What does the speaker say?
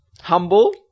humble